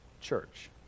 church